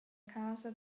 casa